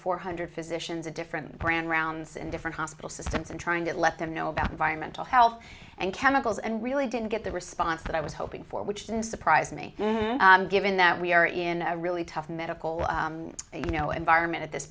four hundred physicians of different brand rounds and different hospital systems and trying to let them know about environmental health and chemicals and really didn't get the response that i was hoping for which didn't surprise me given that we are in a really tough medical you know environment at this